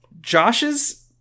Josh's